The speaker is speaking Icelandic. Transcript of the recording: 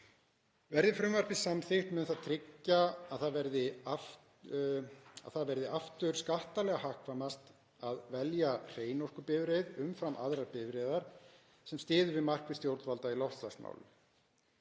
Verði frumvarpið samþykkt mun það tryggja að það verði aftur skattalega hagkvæmast að velja hreinorkubifreið umfram aðrar bifreiðar sem styður við markmið stjórnvalda í loftlagsmálum.